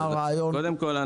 קודם כל,